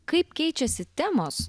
kaip keičiasi temos